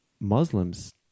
muslims